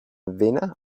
vena